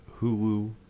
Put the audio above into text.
hulu